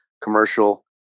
commercial